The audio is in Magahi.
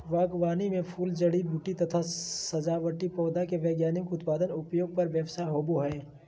बागवानी मे फूल, जड़ी बूटी तथा सजावटी पौधा के वैज्ञानिक उत्पादन, उपयोग आर व्यवसाय होवई हई